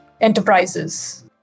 enterprises